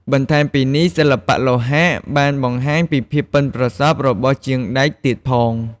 បន្ថែមពីនេះសិល្បៈលោហៈបានបង្ហាញពីភាពប៉ិនប្រសប់របស់ជាងដែកទៀតផង។